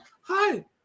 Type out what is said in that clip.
hi